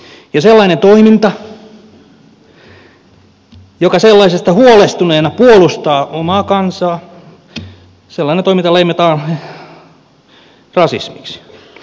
sellainen toiminta jos sellaisesta huolestuneena puolustaa omaa kansaa leimataan rasismiksi